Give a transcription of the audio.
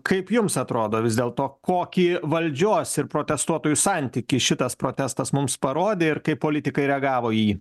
kaip jums atrodo vis dėlto kokį valdžios ir protestuotojų santykį šitas protestas mums parodė ir kaip politikai reagavo į jį